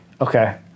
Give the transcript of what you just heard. okay